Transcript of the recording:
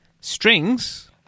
Strings